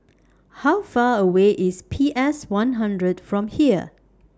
How Far away IS P S one hundred from here